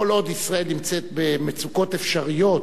כל עוד ישראל נמצאת במצוקות אפשריות,